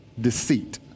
deceit